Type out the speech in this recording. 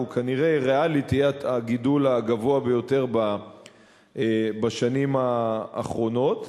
וריאלית כנראה הוא יהיה הגידול הגבוה ביותר בשנים האחרונות,